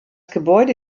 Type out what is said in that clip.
gebäude